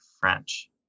French